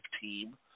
team